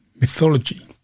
mythology